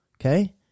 okay